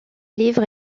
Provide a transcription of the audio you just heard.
livres